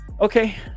Okay